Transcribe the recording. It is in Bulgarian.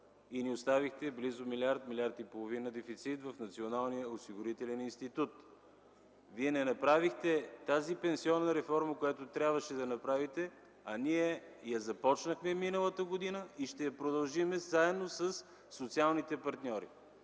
и ни оставихте близо милиард-милиард и половина дефицит в Националния осигурителен институт. Вие не направихте тази пенсионна реформа, която трябваше да направите, а ние я започнахме миналата година и ще я продължим заедно със социалните партньори.